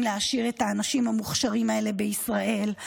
להשאיר את האנשים המוכשרים האלה בישראל,